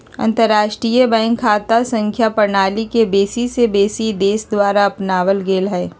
अंतरराष्ट्रीय बैंक खता संख्या प्रणाली के बेशी से बेशी देश द्वारा अपनाएल गेल हइ